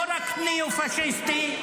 לא רק מיהו פשיסטי,